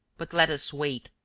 but let us wait,